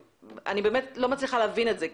אני באמת לא מצליחה להבין את זה.